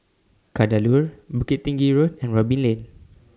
Kadaloor Bukit Tinggi Road and Robin Lane